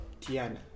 Tiana